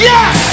Yes